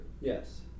Yes